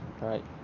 right